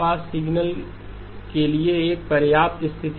bandpass signal के लिए यह एक पर्याप्त स्थिति है